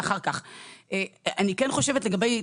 בסך הכל זה דבר חיובי,